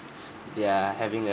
they're having a